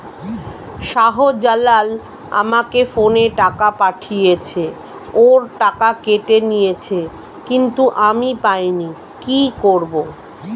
শাহ্জালাল আমাকে ফোনে টাকা পাঠিয়েছে, ওর টাকা কেটে নিয়েছে কিন্তু আমি পাইনি, কি করব?